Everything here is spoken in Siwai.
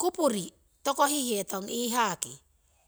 kupuri tokohitetong iihaa ki